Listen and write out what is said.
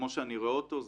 כמו שאני רואה אותו,